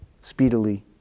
speedily